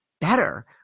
better